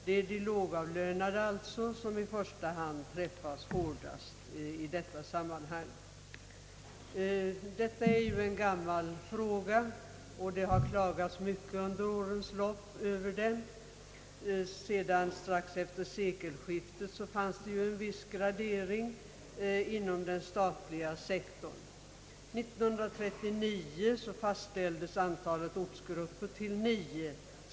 Det är alltså de lågavlönade som träffas hårdast i detta sammanhang. Detta är en gammal fråga, och det har klagats mycket över den under årens lopp. Sedan strax efter sekelskiftet finns det en viss gradering inom den statliga sektorn. 1939 fastställdes antalet ortsgrupper till nio.